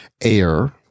Air